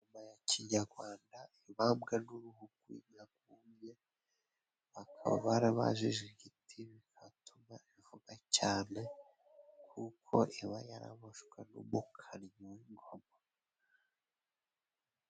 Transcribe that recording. Nyuma ya kinyarwanda ibambwa n'uruhu gwiyaguye akaba yarabajije kitihatuma ivuga cyane kuko iba yaraboshwe n'umukaryi w'ingoma.